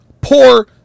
poor